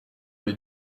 les